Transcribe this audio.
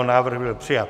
Návrh byl přijat.